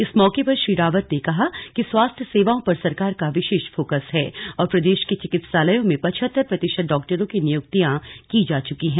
इस मौके पर श्री रावत ने कहा कि स्वास्थ्य सेवाओं पर सरकार का विशेष फोकस है और प्रदेश के चिकित्सालयों में पचहत्तर प्रतिशत डाक्टरों की नियुक्तियां की जा चुकी है